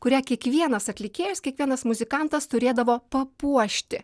kurią kiekvienas atlikėjas kiekvienas muzikantas turėdavo papuošti